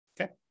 Okay